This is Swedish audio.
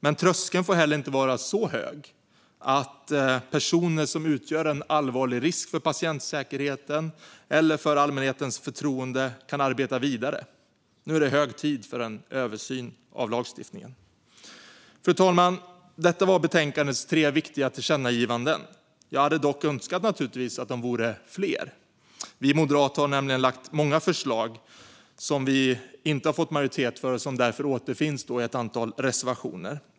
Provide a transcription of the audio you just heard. Men tröskeln får heller inte vara så hög att personer som utgör en allvarlig risk för patientsäkerheten eller för allmänhetens förtroende kan arbeta vidare. Nu är det hög tid för en översyn av lagstiftningen. Fru talman! Detta var betänkandets tre viktiga tillkännagivanden. Jag hade dock önskat att de vore fler. Vi moderater har nämligen lagt fram många fler förslag som vi inte har fått majoritet för och som därför återfinns i ett annat reservationer.